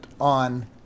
on